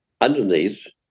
underneath